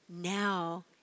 now